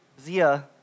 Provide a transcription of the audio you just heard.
Zia